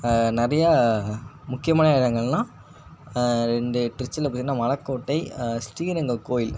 நிறையா முக்கியமான இடங்கள்லாம் ரெண்டு திருச்சியில் பார்த்திங்கனா மலைக்கோட்டை ஸ்ரீரங்கம் கோவில்